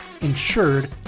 insured